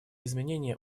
изменения